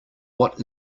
what